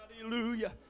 hallelujah